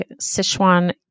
Sichuan